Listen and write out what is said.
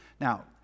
Now